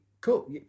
cool